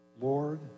Lord